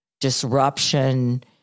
disruption